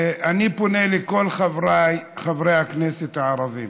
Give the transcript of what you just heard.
אני פונה לכל חבריי חברי הכנסת הערבים,